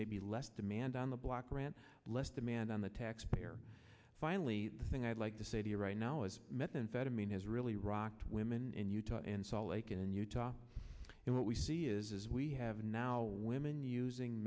maybe less demand on the black ran less demand on the taxpayer finally the thing i'd like to say to you right now is methamphetamine has really rocked women in utah and salt lake in utah and what we see is as we have now women using